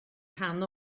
rhan